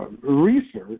Research